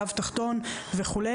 גב תחתון וכו',